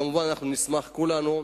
כמובן, נשמח כולנו.